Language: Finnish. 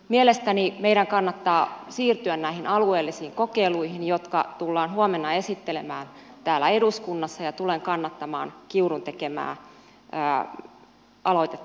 mielestäni meidän kannattaa siirtyä näihin alueellisiin kokeiluihin jotka tullaan huomenna esittelemään täällä eduskunnassa ja tulen kannattamaan kiurun tekemää aloitetta tästä asiasta